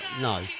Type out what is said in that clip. no